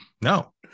No